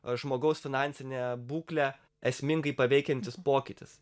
o žmogaus finansinę būklę esmingai paveikiantis pokytis